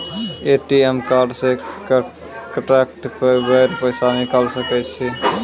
ATM card से कत्तेक बेर पैसा निकाल सके छी?